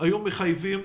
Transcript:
חייבו